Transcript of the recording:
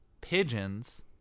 pigeons